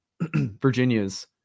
Virginia's